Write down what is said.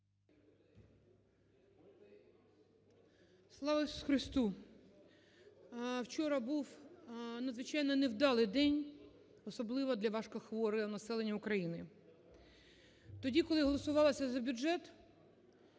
Слава Ісусу Христу! Учора був надзвичайно невдалий день, особливо для важкохворого населення України. Тоді, коли голосувалося за бюджет,